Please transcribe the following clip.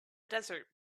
desert